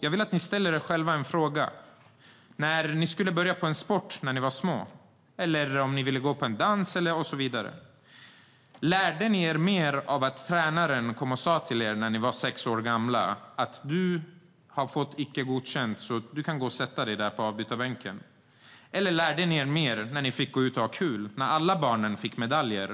Jag vill att ni ställer en fråga till er själva. När ni skulle börja med en sport då ni var små, eller när ni skulle gå på dans eller något annat, lärde ni er då mer av att tränaren, när ni var sex år gamla, kom och sa till er att ni har fått icke godkänt så ni kan gå och sätta er på avbytarbänken, eller av att ni tillsammans med alla andra fick gå ut och ha kul och alla barnen fick medalj,